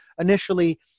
initially